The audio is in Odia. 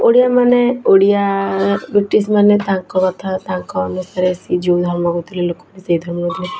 ଓଡ଼ିଆମାନେ ଓଡ଼ିଆ ବ୍ରିଟିଶ୍ମାନେ ତାଙ୍କ କଥା ତାଙ୍କ ଅନୁସାରେ ସିଏ ଯେଉଁ ଧର୍ମ କରୁଥିଲେ ଲୋକମାନେ ସେଇ ଧର୍ମ କରୁଥିଲେ